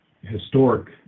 Historic